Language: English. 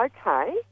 Okay